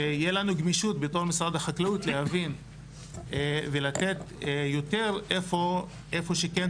שיהיה לנו גמישות בתור משרד החקלאות להבין ולתת יותר איפה שכן צריך.